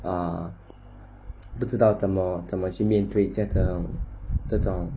ah 不知道怎么怎么去面对这种这种